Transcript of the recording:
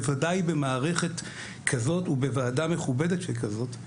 בוודאי במערכת כזאת ובוועדה מכובדת שכזאת.